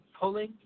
Pulling